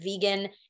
vegan